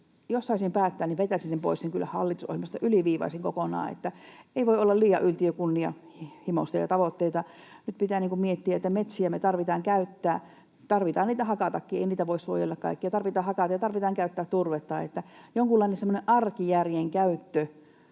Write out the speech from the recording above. jos saisin päättää, niin vetäisin sen pois hallitusohjelmasta, yliviivaisin kokonaan. Ei voi olla liian yltiökunnianhimoisia tavoitteita. Nyt pitää miettiä, että metsiä me tarvitaan käyttää, tarvitaan niitä hakatakin. Ei niitä voi suojella kaikkia, vaan tarvitaan hakata ja tarvitaan käyttää turvetta. Jonkunlaista semmoista arkijärjenkäyttöä